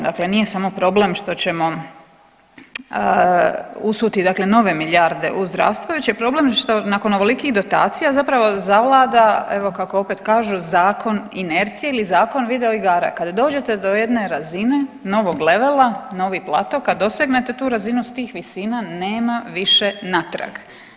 Dakle, nije samo problem što ćemo usuti dakle nove milijarde u zdravstvo već je problem što nakon ovolikih dotacija zapravo zavlada evo kako opet kažu zakon inercije ili zakon videoigara kada dođete do jedne razine novog levela, novi plato kad dosegnete tu razinu s tih visina nema više natrag.